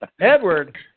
Edward